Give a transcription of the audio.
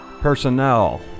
Personnel